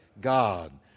God